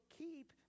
keep